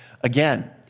again